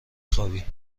خوابی